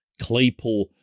Claypool